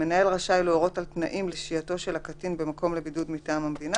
המנהל רשאי להורות על תנאים לשהייתו של הקטין במקום לבידוד מטעם המדינה,